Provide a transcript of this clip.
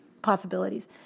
possibilities